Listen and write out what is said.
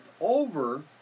over